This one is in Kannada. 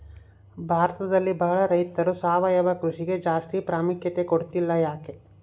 ಭಾರತದಲ್ಲಿ ಬಹಳ ರೈತರು ಸಾವಯವ ಕೃಷಿಗೆ ಜಾಸ್ತಿ ಪ್ರಾಮುಖ್ಯತೆ ಕೊಡ್ತಿಲ್ಲ ಯಾಕೆ?